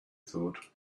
thought